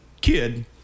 kid